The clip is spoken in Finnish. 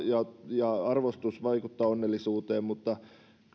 ja arvostus vaikuttavat onnellisuuteen mutta